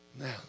now